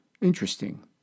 Interesting